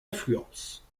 influence